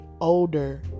older